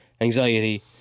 anxiety